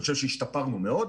אני חושב שהשתפרנו מאוד.